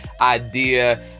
idea